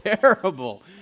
Terrible